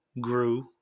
grew